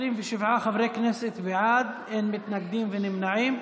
27 חברי כנסת בעד, אין מתנגדים ואין נמנעים.